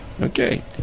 Okay